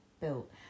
built